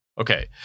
Okay